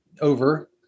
over